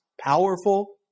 powerful